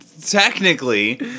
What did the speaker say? technically